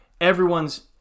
everyone's